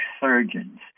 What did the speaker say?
surgeons